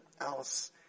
else